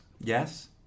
yes